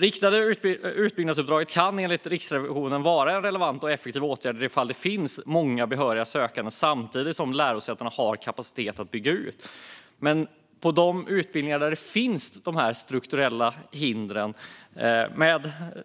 Riktade utbyggnadsuppdrag kan enligt Riksrevisionen vara en relevant och effektiv åtgärd i de fall där det finns många behöriga sökande samtidigt som lärosätena har en kapacitet att bygga ut. Men på de utbildningar där det finns strukturella hinder,